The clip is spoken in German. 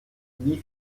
wie